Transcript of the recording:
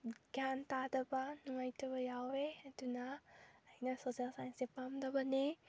ꯒ꯭ꯌꯥꯟ ꯇꯥꯗꯕ ꯅꯨꯡꯉꯥꯏꯇꯕ ꯌꯥꯎꯋꯦ ꯑꯗꯨꯅ ꯑꯩꯅ ꯁꯣꯁꯦꯜ ꯁꯥꯏꯟꯁꯁꯦ ꯄꯥꯝꯗꯕꯅꯦ